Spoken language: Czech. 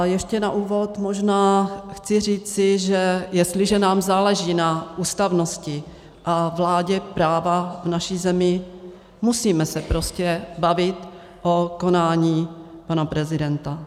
Ještě na úvod možná chci říci, že jestliže nám záleží na ústavnosti a vládě práva v naší zemi, musíme se prostě bavit o konání pana prezidenta.